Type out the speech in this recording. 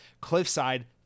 Cliffside